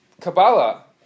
Kabbalah